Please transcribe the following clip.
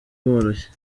woroshye